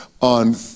on